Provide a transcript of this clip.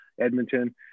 edmonton